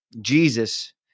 Jesus